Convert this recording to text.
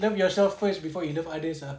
love yourself first before you love others ah